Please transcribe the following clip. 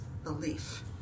belief